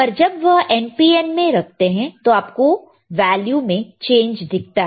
पर जब वह NPN मैं रखते हैं तो आप को वैल्यू में चेंज दिखता है